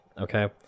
Okay